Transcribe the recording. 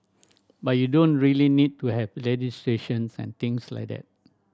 but you don't really need to have legislations and things like that